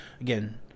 Again